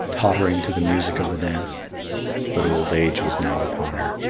tottering to the music of the dance but old age was now upon her,